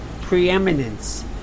preeminence